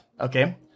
okay